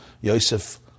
Yosef